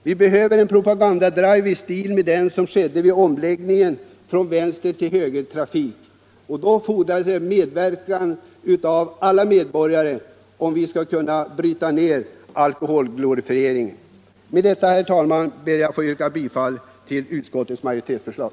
Vi behöver en propagandadrive i stil med den som ägde rum vid omläggningen från vänstertill högertrafik. Och då fordras det medverkan av alla medborgare om vi skall kunna bryta ned alkoholglorifieringen. Med detta, herr talman, ber jag att få yrka bifall till utskottets majoritetsförslag.